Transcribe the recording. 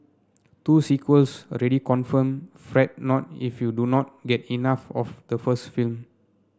two sequels already confirmed Fret not if you do not get enough of the first film